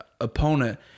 opponent